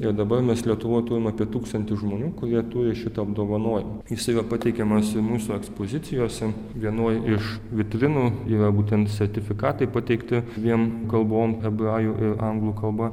ir dabar mes lietuvoj turim apie tūkstantį žmonių kurie turi šitą apdovanojimą jis yra pateikiamas ir mūsų ekspozicijose vienoj iš vitrinų yra būtent sertifikatai pateikti dviem kalbom hebrajų ir anglų kalba